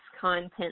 content